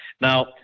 now